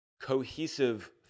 cohesive